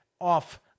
off